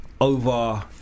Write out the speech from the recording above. over